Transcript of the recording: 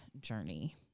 journey